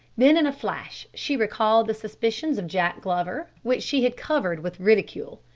then in a flash she recalled the suspicions of jack glover, which she had covered with ridicule.